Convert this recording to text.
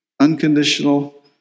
unconditional